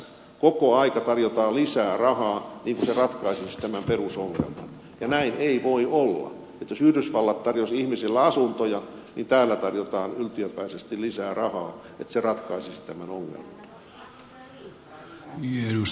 koko ajan tarjotaan lisää rahaa niin kuin se ratkaisisi tämän perusongelman ja näin ei voi olla kun yhdysvallat tarjosi ihmisille asuntoja niin täällä tarjotaan yltiöpäisesti lisää rahaa niin että se ratkaisisi tämän ongelman